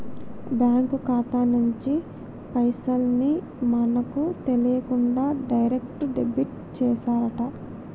bank ఖాతా నుంచి పైసల్ ని మనకు తెలియకుండా డైరెక్ట్ డెబిట్ చేశారట